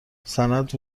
سند